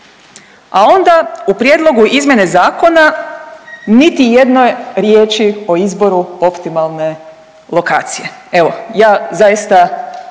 A onda u prijedlogu izmjene zakona niti jedne riječi o izboru optimalne lokacije. Evo ja zaista